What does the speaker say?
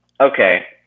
okay